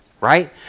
Right